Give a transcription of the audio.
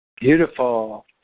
Beautiful